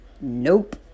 Nope